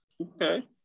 Okay